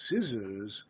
scissors